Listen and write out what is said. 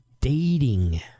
dating